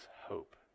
hope